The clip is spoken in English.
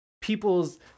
people's